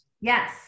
Yes